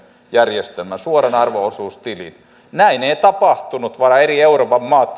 järjestelmän suoran arvo osuustilin näin ei tapahtunut vaan eri euroopan maat